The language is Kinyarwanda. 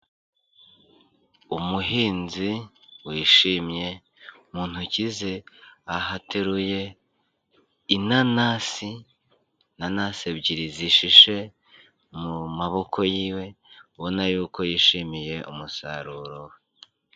Umuhinzi wishimye, mu ntoki ze ahateruye inanasi, nanasi ebyiri zishishe mu maboko yiwe, ubona yuko yishimiye umusaruro we.